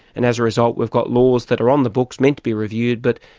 and as a result we've got laws that are on the books, meant to be reviewed, but,